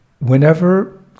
whenever